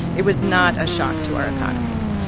it was not a shock to our economy.